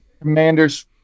Commanders